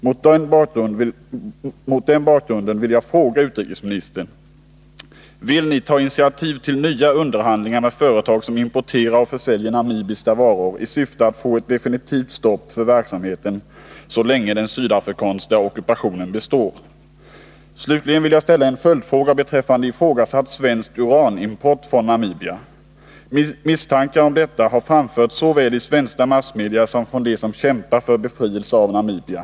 Mot den bakgrunden vill jag fråga utrikesministern: Vill ni ta initiativ till nya underhandlingar med företag som importerar och säljer namibiska varor i syfte att få ett definitivt stopp för verksamheten så länge den sydafrikanska ockupationen består? Slutligen vill jag ställa en följdfråga beträffande ifrågasatt svensk uranimport från Namibia. Misstankar om sådan import har framförts såväl i svenska massmedier som av dem som kämpar för befrielse av Namibia.